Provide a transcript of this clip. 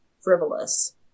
frivolous